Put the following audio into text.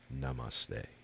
Namaste